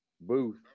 booth